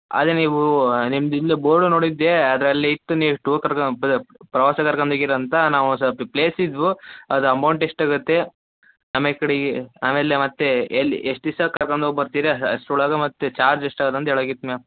ಅದೇ ನೀವು ನಿಮ್ಮದು ಇಲ್ಲಿ ಬೋರ್ಡ್ ನೋಡಿದ್ದೆ ಅದರಲ್ಲಿ ಇತ್ತು ನೀವು ಟೂರ್ ಕರ್ಕೊಂಡು ಹೋಗಿ ಪ ಪ್ರವಾಸ ಕರ್ಕೊಂಡು ಹೋಗಿರ ಅಂತಾ ನಾವು ಪ್ಲೇಸ್ ಇದ್ವು ಅದರ ಅಮೌಂಟ್ ಎಷ್ಟಾಗತ್ತೆ ಆಮೇಲೆ ಕಡಿಗಿ ಆಮೇಲೆ ಮತ್ತೆ ಎಲ್ಲಿ ಎಷ್ಟು ದಿವಸ ಕರ್ಕೊಂಡು ಹೋಗಿ ಬರ್ತೀರಾ ಅಷ್ಟರೊಳಗೆ ಮತ್ತು ಚಾರ್ಜ್ ಎಷ್ಟಾಗತ್ತೆ ಅಂತ ಹೇಳಾಕಿತ್ತು ಮ್ಯಾಮ್